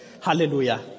Hallelujah